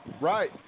Right